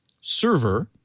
server